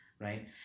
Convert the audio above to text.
right